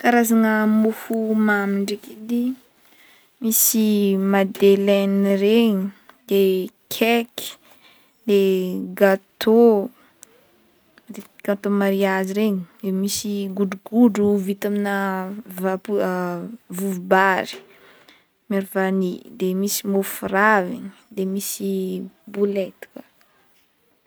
Karazagna mofo mamy ndraiky edy misy madelaine regny, de cake, de gateau, gateau mariage regny, de misy godrogodro vita amina va-po vovobary miaro vany, de misy mofo raviny de misy boulete koa.